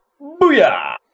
Booyah